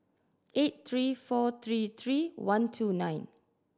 eight three four three three one two nine